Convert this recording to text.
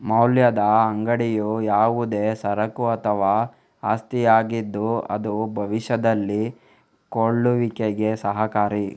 ಮೌಲ್ಯದ ಅಂಗಡಿಯು ಯಾವುದೇ ಸರಕು ಅಥವಾ ಆಸ್ತಿಯಾಗಿದ್ದು ಅದು ಭವಿಷ್ಯದಲ್ಲಿ ಕೊಳ್ಳುವಿಕೆಗೆ ಸಹಕಾರಿ